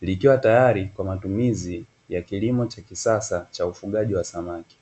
likiwa tayari kwa matumizi ya kilimo cha kisasa cha ufugaji wa samaki.